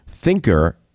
Thinker